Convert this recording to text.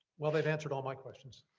well, they've answered all my questions.